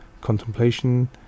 contemplation